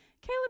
Caleb